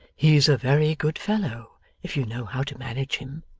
he's a very good fellow if you know how to manage him.